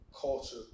culture